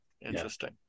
Interesting